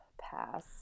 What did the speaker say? Pass